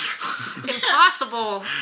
impossible